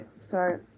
Sorry